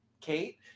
Kate